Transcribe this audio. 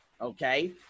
okay